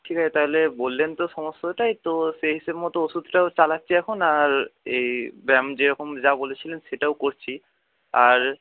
ঠিক আছে তাহলে বললেন তো সমস্তটাই তো সেই হিসাবমতো ওষুধটাও চালাচ্ছি এখন আর এ ব্যায়াম যেরকম যা বলেছিলেন সেটাও করছি আর